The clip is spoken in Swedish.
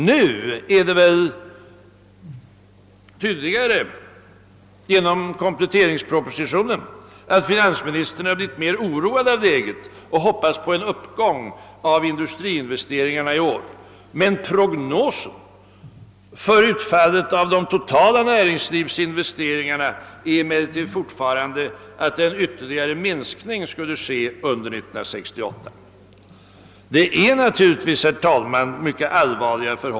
Nu är det väl uppenbart, sedan vi fått ta del av kompletteringspropositionen, att finansministern blivit mer oroad av läget och hoppas på en uppgång av industriinvesteringarna i år. Men prognosen för utfallet av de totala näringslivsinvesteringarna är fortfarande att en ytterligare minskning skulle ske under 1968. Herr talman! Dessa förhållanden är naturligtvis mycket allvarliga.